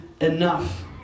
enough